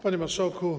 Panie Marszałku!